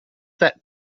that